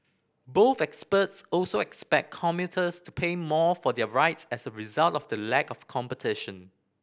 both experts also expect commuters to pay more for their rides as a result of the lack of competition